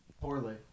poorly